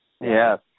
Yes